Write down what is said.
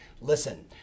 listen